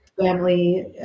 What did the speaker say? family